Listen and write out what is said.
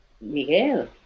Miguel